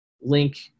link